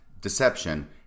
deception